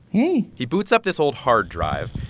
hey he boots up this old hard drive.